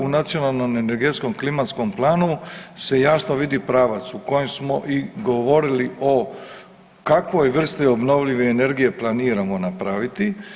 U nacionalnom energetskom klimatskom planu se jasno vidi pravac u kojem smo i govorili o kakvoj vrsti obnovljive energije planiramo napraviti.